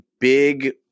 big